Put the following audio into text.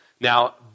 Now